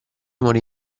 morì